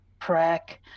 prac